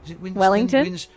Wellington